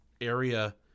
area